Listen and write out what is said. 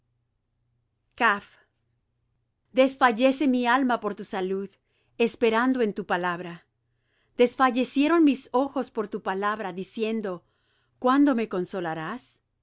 desfallece mi alma por tu salud esperando en tu palabra desfallecieron mis ojos por tu palabra diciendo cuándo me consolarás